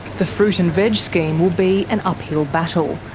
the fruit and veg scheme will be an uphill battle.